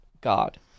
God